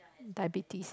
diabetes